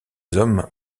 hommes